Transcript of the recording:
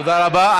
תודה רבה.